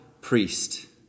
priest